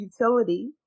utility